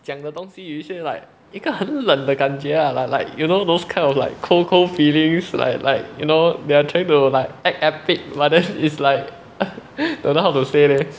讲的东西有一些 like 一个很冷的感觉 lah like like you know those kind of like cold cold feelings like like you know they are trying to like act epic but then is like don't know how to say leh